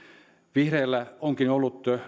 vihreillä onkin ollut